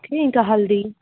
okay ఇంకా హల్దీ